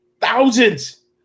Thousands